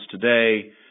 today